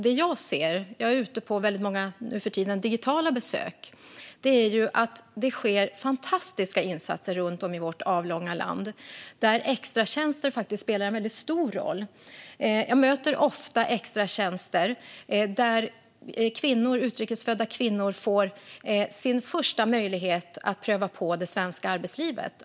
Det jag ser när jag är ute på mina många - nu för tiden digitala - besök är att det sker fantastiska insatser runt om i vårt avlånga land, där extratjänster spelar en stor roll. Jag möter ofta extratjänster där utrikes födda kvinnor får sin första möjlighet att pröva på det svenska arbetslivet.